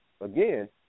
again